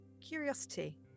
curiosity